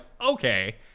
okay